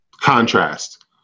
contrast